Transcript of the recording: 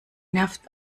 nervt